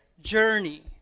journey